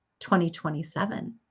2027